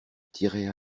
tiraient